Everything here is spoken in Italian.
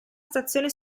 stazione